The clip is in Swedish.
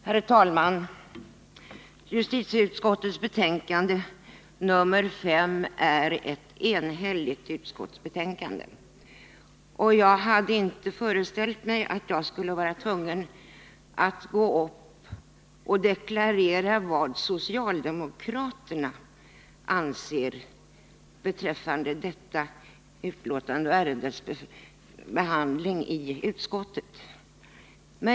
Herr talman! Justitieutskottets betänkande nr 5 är ett enhälligt betänkande. Jag hade inte föreställt mig att jag skulle vara tvungen att gå upp och deklarera vad socialdemokraterna anser beträffande detta betänkande och ärendets behandling i utskottet.